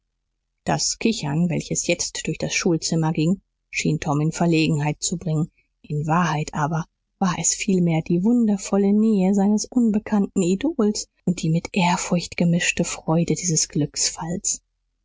das kichern welches jetzt durch das schulzimmer ging schien tom in verlegenheit zu bringen in wahrheit aber war es vielmehr die wundervolle nähe seines unbekannten idols und die mit ehrfurcht gemischte freude dieses